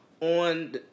on